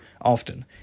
often